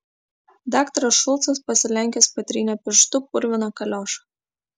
daktaras šulcas pasilenkęs patrynė pirštu purviną kaliošą